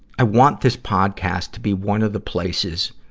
i want this podcast to be one of the places